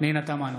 פנינה תמנו,